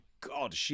God